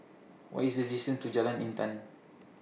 What IS The distance to Jalan Intan